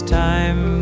time